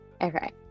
Okay